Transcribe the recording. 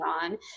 on